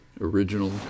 original